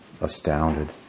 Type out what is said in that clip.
astounded